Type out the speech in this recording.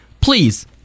please